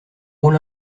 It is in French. rôle